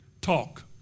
Talk